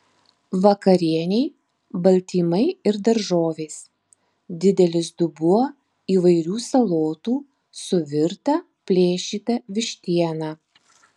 vakarienei baltymai ir daržovės didelis dubuo įvairių salotų su virta plėšyta vištiena